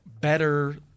better